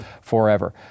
forever